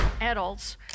adults